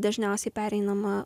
dažniausiai pereinama